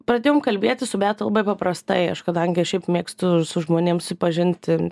pradėjom kalbėtis su beata labai paprastai aš kadangi šiaip mėgstu su žmonėm susipažinti